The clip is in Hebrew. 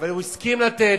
אבל הוא הסכים לתת,